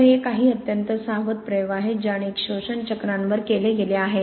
तर हे काही अत्यंत सावध प्रयोग आहेत जे अनेक शोषण चक्रांवर केले गेले आहेत